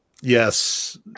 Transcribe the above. Yes